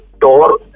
door